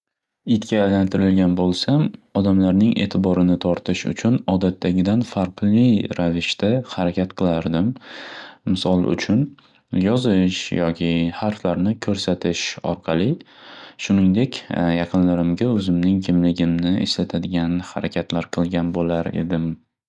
Itga aylantirilgan bo'lsam odamlarning e'tiborini tortish uchun odatdagidan farqli ravishda harakat qilardim. Misol uchun yozish yoki harflarni ko'rastish orqali, shuningdek yaqinlarimga o'zimninhg kimligimni eslatadigan harakatlar qilgan bo'lardim.